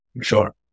Sure